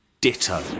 Ditto